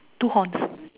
two horns